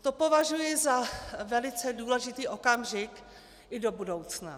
To považuji za velice důležitý okamžik i do budoucna.